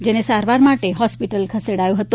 જેને સારવાર માટે હોસ્પિટલ ખસેડાયો હતો